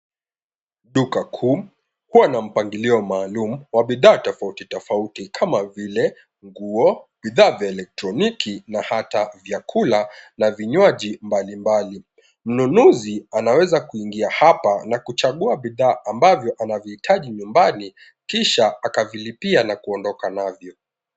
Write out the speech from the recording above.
Duka kuu huwa na mpangilio maalum wa bidhaa tofauti tofauti kama vile nguo, bidhaa ya kielektroniki na hata vyakula na vinywaji mbalimbali. Mnunuzi anaweza kuingia hapa na kuchagua bidhaa ambavyo anavihitaji nyumbani kisha akavilipia na kuondoka navyo.